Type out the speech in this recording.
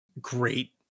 great